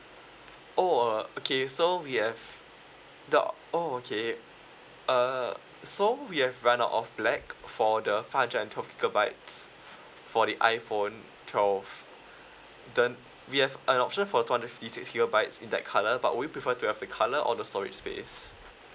oh uh okay so we have the oh okay uh so we have run out of black for the five hundred and twelve gigabytes for the iphone twelve then we have an option for two hundred fifty six gigabytes in that colour but would you prefer to have the colour or the storage space